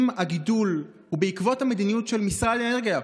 אם הגידול הוא בעקבות המדיניות של משרד האנרגיה,